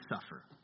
suffer